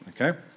Okay